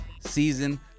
season